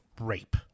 rape